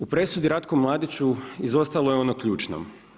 U presudi Ratku Mladiću izostalo je ono ključno.